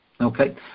Okay